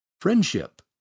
Friendship